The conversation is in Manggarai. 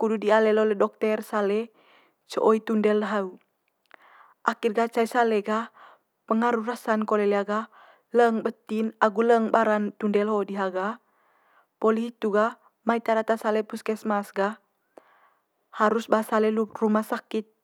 kudu di'a lelo le dokter sale co i tundel de hau. Akhir gah cai sale gah pengaru rasa'n kole liha gah leng beti'n agu leng bara'n tundel ho diha gah, poli hitu gah mai tae data sale puskesmas gah harus ba sale ru- rumah sakit.